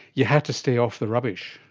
you had to stay off the rubbish.